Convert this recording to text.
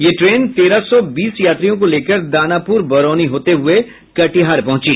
ये ट्रेन तेरह सौ बीस यात्रियों को लेकर दानापुर बरौनी होते हुये कटिहार पहुंची